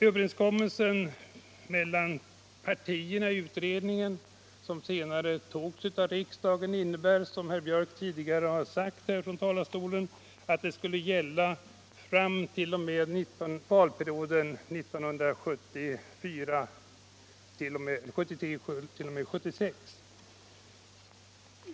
Överenskommelsen mellan partierna i utredningen — som senare togs av riksdagen — innebär, som herr Björck i Nässjö redan har sagt här ifrån talarstolen, att reglerna skulle gälla fram t.o.m. valperioden 1974-1976.